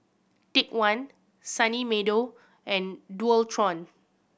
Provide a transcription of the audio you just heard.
Take One Sunny Meadow and Dualtron